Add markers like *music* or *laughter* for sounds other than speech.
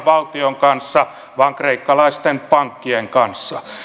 *unintelligible* valtion kanssa vaan kreikkalaisten pankkien kanssa